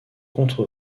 contre